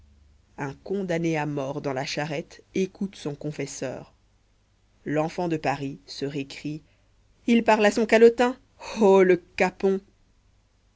un condamné à mort dans la charrette écoute son confesseur l'enfant de paris se récrie il parle à son calotin oh le capon